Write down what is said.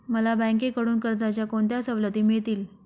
मला बँकेकडून कर्जाच्या कोणत्या सवलती मिळतील?